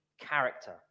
character